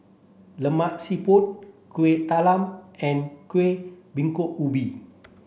Lemak Siput Kueh Talam and Kuih Bingka Ubi